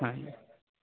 ਹਾਂਜੀ